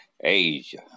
asia